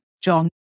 John